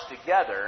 together